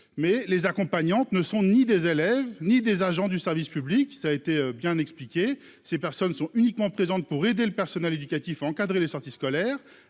Les accompagnantes ne sont ni des élèves ni des agents du service public : elles sont uniquement présentes pour aider le personnel éducatif à encadrer les sorties scolaires.